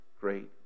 great